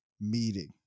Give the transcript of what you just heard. meeting